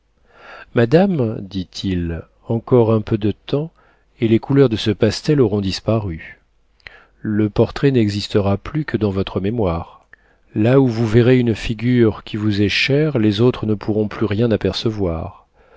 madame dit-il encore un peu de temps et les couleurs de ce pastel auront disparu le portrait n'existera plus que dans votre mémoire là où vous verrez une figure qui vous est chère les autres ne pourront plus rien apercevoir